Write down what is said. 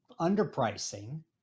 underpricing